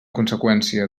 conseqüència